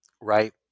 right